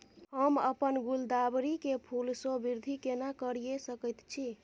हम अपन गुलदाबरी के फूल सो वृद्धि केना करिये सकेत छी?